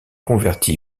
converti